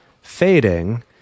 fading